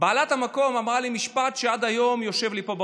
בעלת המקום אמרה לי משפט שעד היום יושב לי פה בראש.